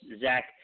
Zach